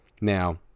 Now